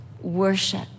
Worship